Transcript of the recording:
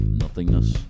nothingness